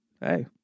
hey